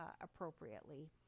appropriately